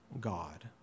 God